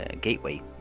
gateway